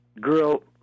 girl